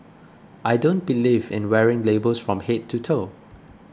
I don't believe in wearing labels from head to toe